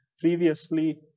previously